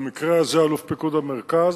במקרה הזה אלוף פיקוד המרכז,